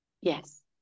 yes